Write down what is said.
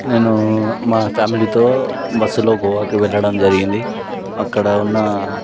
నేను మా ఫ్యామిలీతో బస్సులో గోవాకి వెళ్ళడం జరిగింది అక్కడ ఉన్న